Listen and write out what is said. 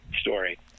story